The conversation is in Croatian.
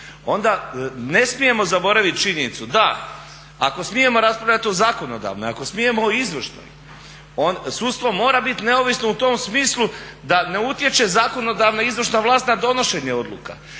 onda ne smijemo zaboraviti činjenicu da ako smijemo raspravljati o zakonodavnoj, ako smijemo o izvršnoj, sudstvo mora biti neovisno u tom smislu da ne utječe zakonodavna i izvršna vlast na donošenje odluka